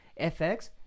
FX